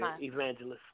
Evangelist